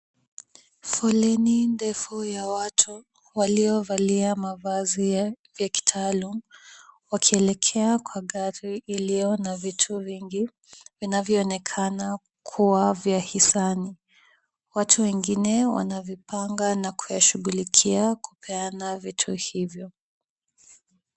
Foleni ndefu ya watu waliovalia mavazi ya kitaalamu wakielekea kwa gari iliyo na vitu vingi vinavyoonekana kuwa via hisani, watu wengine wanavipanga na kushughulikia kupeana vitu hivyo.